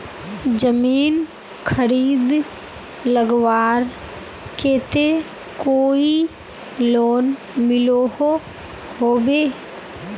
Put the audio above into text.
जमीन खरीद लगवार केते कोई लोन मिलोहो होबे?